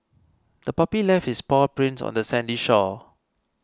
the puppy left its paw prints on the sandy shore